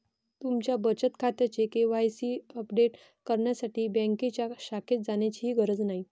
तुमच्या बचत खात्याचे के.वाय.सी अपडेट करण्यासाठी बँकेच्या शाखेत जाण्याचीही गरज नाही